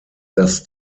das